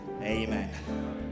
Amen